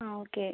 ആ ഓക്കെ